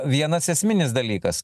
vienas esminis dalykas